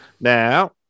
Now